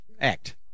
act